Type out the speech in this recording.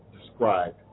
described